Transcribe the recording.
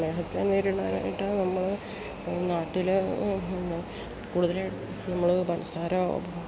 പ്രമേഹത്തെ നേരിടാനായിട്ട് നമ്മൾ നാട്ടിൽ പിന്നെ കൂടുതൽ നമ്മൾ പഞ്ചസാര